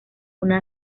una